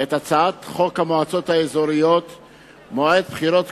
את הצעת חוק המועצות האזורית (מועד בחירות כלליות)